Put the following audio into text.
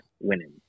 winning